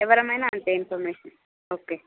ఎవరమైన అంతే information okay